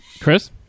Chris